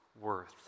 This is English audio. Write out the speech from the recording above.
worth